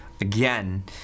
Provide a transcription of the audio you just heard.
again